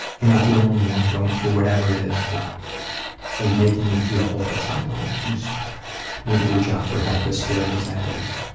you're not the only one going through whatever it is that is making you feel hopeless and alone. you just need to reach out for help, as scary as that is.